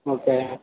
okay